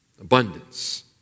Abundance